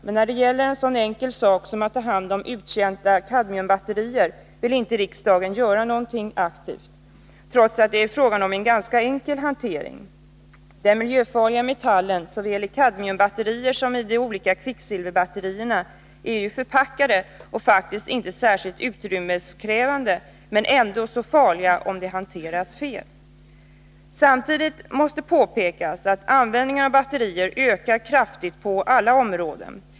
Men när det gäller en så enkel sak som att ta hand om uttjänta kadmiumbatterier vill inte riksdagen göra någonting aktivt, trots att det är fråga om en ganska enkel hantering. Den miljöfarliga metallen finns i såväl kadmiumbatterierna som de olika kvicksilverbatterierna, och de är ju förpackade och faktiskt inte särskilt utrymmeskrävande — men ändå så farliga om de hanteras fel. Samtidigt måste påpekas att användningen av batterier ökar kraftigt på alla områden.